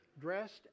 dressed